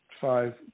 five